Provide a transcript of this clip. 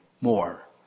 more